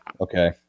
okay